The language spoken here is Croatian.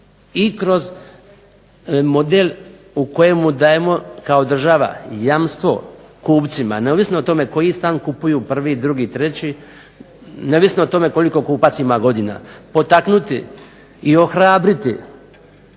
i kroz model u kojemu dajemo kao država jamstvo kupcima, neovisno o tome koji stan kupuju, prvi, drugi, treći, neovisno o tome koliko kupac ima godina, potaknuti i ohrabriti